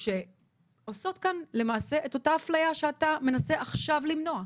שעושות כאן למעשה את אותה אפליה שאתה מנסה עכשיו למנוע.